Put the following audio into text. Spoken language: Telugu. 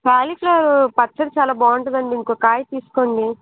కాలీఫ్లవరు పచ్చడి చాలా బాగుంటుందండి ఇంకో కాయి తీసుకోండి